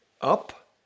up